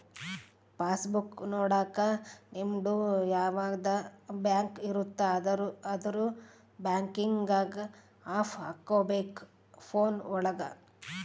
pass book ನೊಡಕ ನಿಮ್ಡು ಯಾವದ ಬ್ಯಾಂಕ್ ಇರುತ್ತ ಅದುರ್ ಬ್ಯಾಂಕಿಂಗ್ ಆಪ್ ಹಕೋಬೇಕ್ ಫೋನ್ ಒಳಗ